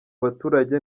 baturage